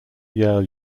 yale